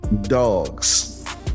dogs